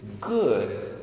good